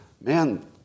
man